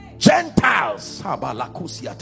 gentiles